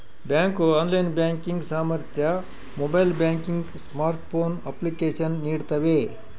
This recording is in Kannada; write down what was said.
ಬ್ಯಾಂಕು ಆನ್ಲೈನ್ ಬ್ಯಾಂಕಿಂಗ್ ಸಾಮರ್ಥ್ಯ ಮೊಬೈಲ್ ಬ್ಯಾಂಕಿಂಗ್ ಸ್ಮಾರ್ಟ್ಫೋನ್ ಅಪ್ಲಿಕೇಶನ್ ನೀಡ್ತವೆ